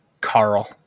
Carl